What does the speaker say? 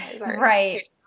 right